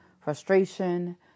frustration